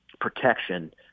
protection